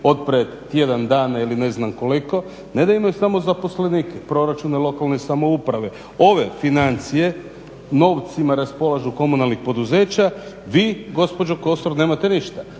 od prije tjedan dana ili ne znam koliko, ne da imaju samo zaposlenike, proračune lokalne samouprave, ove financije novcima raspolažu komunalnih poduzeća, vi gospođo Kosor nemate ništa.